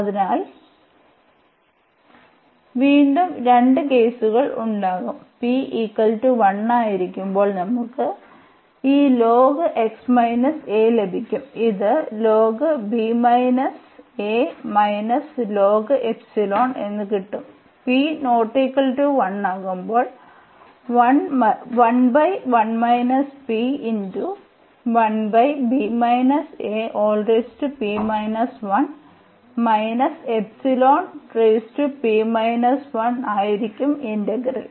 അതിനാൽ വീണ്ടും രണ്ട് കേസുകൾ ഉണ്ടാകും p 1 ആയിരിക്കുമ്പോൾ നമുക്ക് ഈ ലഭിക്കും ഇത് എന്ന് കിട്ടും p ≠ 1 ആകുമ്പോൾ ആയിരിക്കും ഇന്റഗ്രൽ